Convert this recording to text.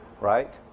right